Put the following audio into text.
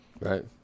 Right